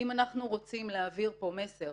אם אנחנו רוצים להעביר כאן מסר